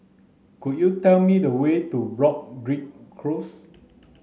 could you tell me the way to Broadrick Close